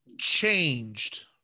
changed